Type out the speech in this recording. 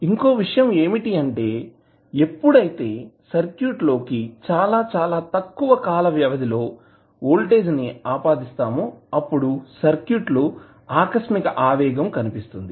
ఇంకో విషయం ఏమిటి అంటే ఎప్పుడైతే సర్క్యూట్ లోకి చాలా చాలా తక్కువ కాల వ్యవధిలో వోల్టేజ్ ని ఆపాదిస్తామో అప్పుడు సర్క్యూట్ లోఆకస్మిక ఆవేగం కనిపిస్తుంది